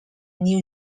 new